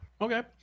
okay